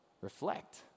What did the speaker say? Reflect